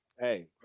Hey